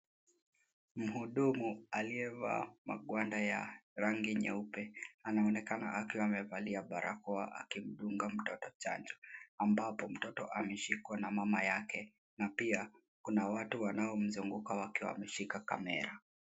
Mhudumu aliyevaa magwanda ya rangi nyeupe anaonekana akiwa amevalia barakoa akimdunga mtoto chanjo, ambapo mtoto ameshikwa na mama yake, na pia kuna watu wanaomzunguka wakiwa wameshika kamera.